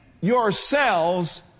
yourselves